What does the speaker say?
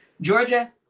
georgia